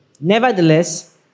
Nevertheless